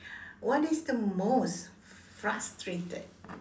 what is the most frustrated